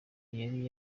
yari